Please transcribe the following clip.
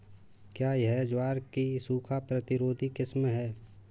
क्या यह ज्वार की सूखा प्रतिरोधी किस्म है?